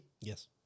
yes